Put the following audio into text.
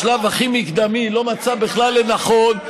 בשלב הכי מקדמי לא מצאה בכלל לנכון,